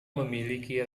memiliki